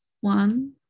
One